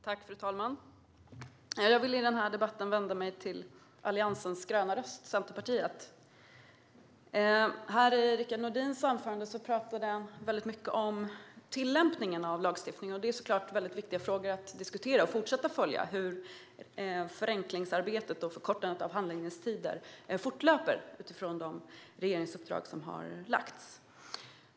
Fru talman! Jag vill i den här debatten vända mig till Alliansens gröna röst, Centerpartiet. I sitt anförande talade Rickard Nordin mycket om tillämpningen av lagstiftningen. Det är såklart viktigt att diskutera de frågorna och fortsätta följa hur arbetet med förenkling och kortande av handläggningstider fortlöper utifrån de regeringsuppdrag som har lagts.